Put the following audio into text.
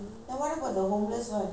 அது:athu volunteer பண்றேன்:pandraen